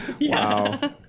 Wow